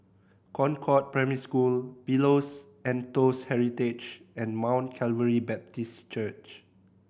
Concord Primary School Pillows and Toast Heritage and Mount Calvary Baptist Church